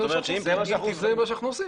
זה מה שאנחנו עושים.